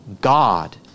God